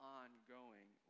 ongoing